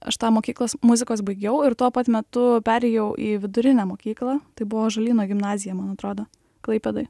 aš tą mokyklas muzikos baigiau ir tuo pat metu perėjau į vidurinę mokyklą tai buvo ąžuolyno gimnazija man atrodo klaipėdoj